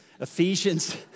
Ephesians